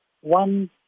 one